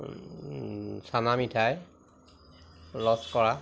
চানা মিঠাই লচকৰা